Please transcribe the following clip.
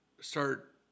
start